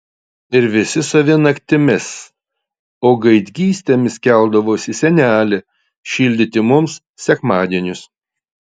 ir visi savi naktimis o gaidgystėmis keldavosi senelė šildyti mums sekmadienius